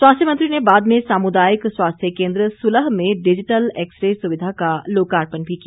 स्वास्थ्य मंत्री ने बाद में सामुदायिक स्वास्थ्य केंद्र सुलह में डिजिटल एक्सरे सुविधा का लोकार्पण भी किया